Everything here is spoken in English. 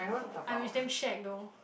I wish damn shag though